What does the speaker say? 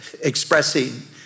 expressing